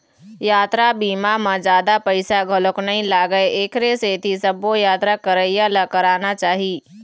यातरा बीमा म जादा पइसा घलोक नइ लागय एखरे सेती सबो यातरा करइया ल कराना चाही